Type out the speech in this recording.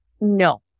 No